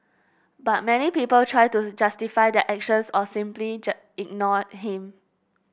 but many people try to justify their actions or simply just ignored him